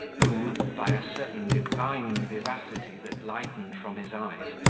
whom, by a certain divine vivacity that lightened from his eyes,